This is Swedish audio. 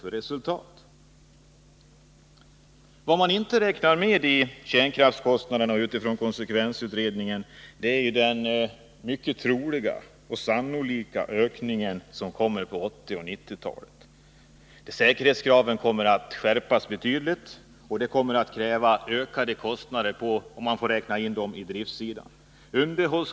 Vad konsekvensutredningen inte räknat med i kärnkraftskostnaderna är den mycket sannolika ökning som kommer på 1980 och 1990-talen. Säkerhetskraven kommer att skärpas betydligt, och det kommer att betyda ökade kostnader, om de räknas in på driftsidan.